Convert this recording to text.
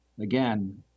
again